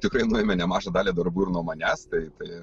tikrai nuėmė nemažą dalį darbų ir nuo manęs tai tai